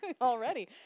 Already